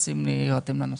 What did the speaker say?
צריכים להירתם לנושא.